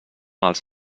els